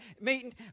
meeting